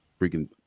freaking